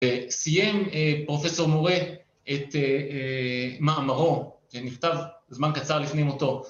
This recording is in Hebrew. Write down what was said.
‫סיים פרופ' מורה את מאמרו, ‫שנכתב זמן קצר לפני מותו.